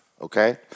okay